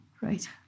Right